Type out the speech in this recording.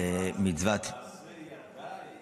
ומצוות --- מעשה ידיי